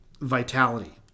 vitality